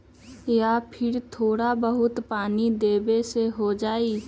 या फिर थोड़ा बहुत पानी देबे से हो जाइ?